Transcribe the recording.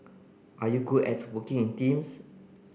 are you good at working in teams